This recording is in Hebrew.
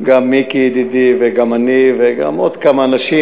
גם מיקי ידידי וגם אני וגם עוד כמה אנשים,